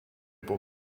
pour